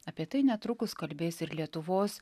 apie tai netrukus kalbės ir lietuvos